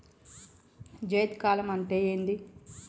జైద్ కాలం అంటే ఏంది?